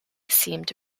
seemed